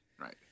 right